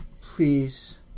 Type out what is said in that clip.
Please